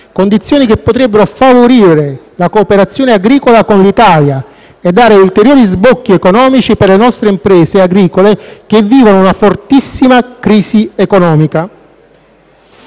condizioni che potrebbero favorire la cooperazione agricola con l'Italia e dare ulteriori sbocchi economici per le nostre imprese agricole, che vivono una fortissima crisi economica.